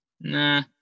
nah